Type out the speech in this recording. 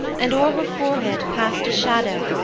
and o'er her forehead past a shadow,